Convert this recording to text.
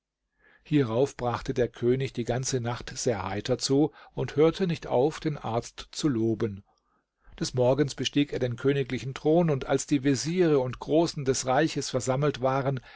hierauf brachte der könig die ganze nacht sehr heiter zu und hörte nicht auf den arzt zu loben des morgens bestieg er den königlichen thron und als die veziere und großen des reichs versammelt waren